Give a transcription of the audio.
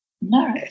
No